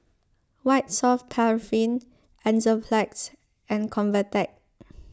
White Soft Paraffin Enzyplex and Convatec